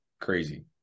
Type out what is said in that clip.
crazy